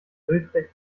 bildfläche